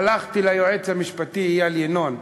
הלכתי ליועץ המשפטי איל ינון,